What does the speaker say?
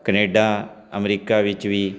Canada America ਵਿੱਚ ਵੀ